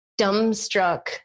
dumbstruck